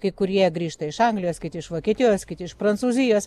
kai kurie grįžta iš anglijos kiti iš vokietijos kiti iš prancūzijos